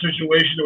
situation